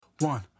One